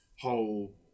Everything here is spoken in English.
whole